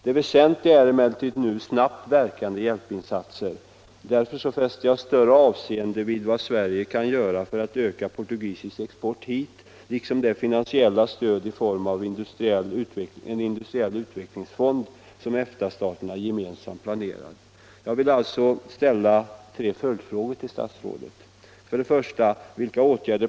Det väsentliga är emellertid snabbt verkande hjälpinsatser, och därför fäster jag större avseende vid vad Sverige kan göra för att öka portugisisk export hit, liksom vid det finansiella stöd i form av en industriell utvecklingsfond som EFTA-staterna gemensamt planerar. Jag vill därför ställa tre följdfrågor till statsrådet: 2.